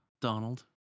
Donald